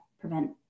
Prevent